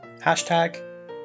Hashtag